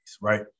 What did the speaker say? right